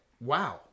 wow